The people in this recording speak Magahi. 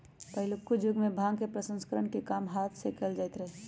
पहिलुक जुगमें भांग प्रसंस्करण के काम हात से कएल जाइत रहै